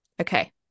Okay